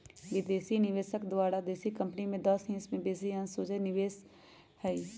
विदेशी निवेशक द्वारा देशी कंपनी में दस हिस् से बेशी अंश सोझे विदेशी निवेश हइ